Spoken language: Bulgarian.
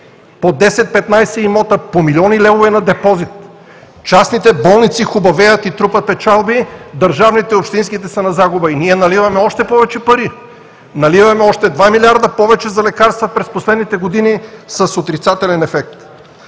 по 10 – 15 имота, по милиони левове на депозит. Частните болници хубавеят и трупат печалби, държавните и общинските са на загуба и ние наливаме още повече пари, наливаме още 2 милиарда за лекарства през последните години с отрицателен ефект.